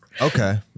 Okay